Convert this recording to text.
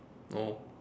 no